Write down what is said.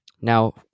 now